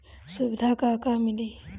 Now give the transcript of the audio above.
सुविधा का का मिली?